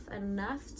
enough